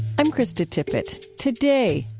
i'm krista tippett. today,